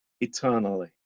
eternally